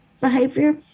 behavior